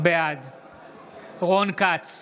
בעד רון כץ,